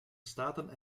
staten